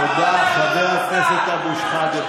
תודה, חבר הכנסת אבו שחאדה.